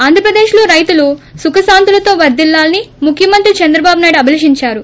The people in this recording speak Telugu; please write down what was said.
ఆంధ్ర ప్రదేశ్ లో రైతులు సుఖ శాంతులు తో వర్షిల్ల లని ముఖ్యమంత్రి చంద్ర బాబు నాయుడు అభిలషించారు